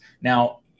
now